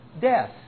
death